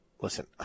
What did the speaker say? Listen